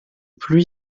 pluie